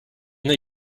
they